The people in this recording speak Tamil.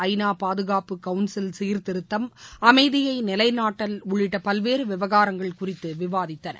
ஐநா பாதுகாப்பு கவுன்சில் சீர்திருத்தம் அமைதியை நிலைநாட்டல் உள்ளிட்ட பல்வேறு விவகாரங்கள் குறித்து விவாதித்தனர்